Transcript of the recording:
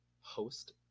host